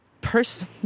person